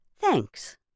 Thanks